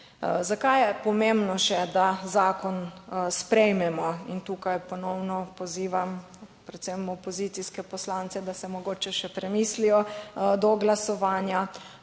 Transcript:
Zakaj je pomembno še, da zakon sprejmemo, in tukaj ponovno pozivam predvsem opozicijske poslance, da se mogoče še premislijo do glasovanja,